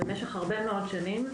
במשך הרבה מאוד שנים,